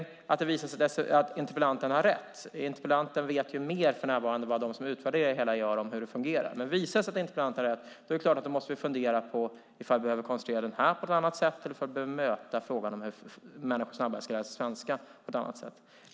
Om det då visar sig att interpellanten har rätt - interpellanten vet ju för närvarande mer om hur det fungerar än de som utvärderar det hela - måste vi förstås fundera på om vi ska konstruera den på ett annat sätt eller bemöta frågan om hur människor snabbare ska lära sig svenska på ett annat sätt.